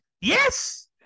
Yes